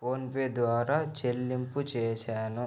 PhonePe ద్వారా చెల్లింపు చేశాను